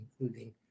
including